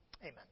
Amen